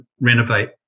renovate